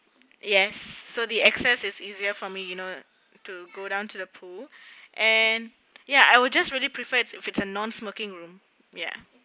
yes so the access is easier for me you know to go down to the pool and ya I will just really prefer it's if it's a nonsmoking room ya